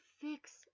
fix